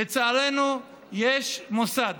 לצערנו, יש מוסד